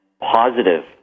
positive